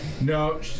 No